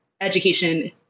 education